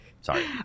sorry